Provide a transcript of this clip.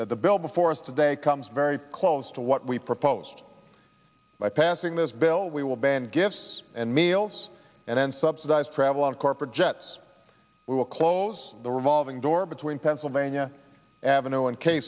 that the bill before us today comes very close to what we proposed by passing this bill we will ban gifts and meals and then subsidize travel on corporate jets we will close the revolving door between pennsylvania avenue and